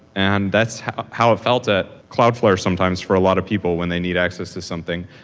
and that's how how it felt at cloudflare sometimes for a lot of people when they need access to something,